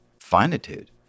finitude